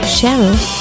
Cheryl